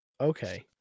Okay